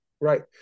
right